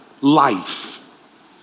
life